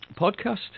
podcast